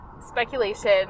speculation